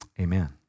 Amen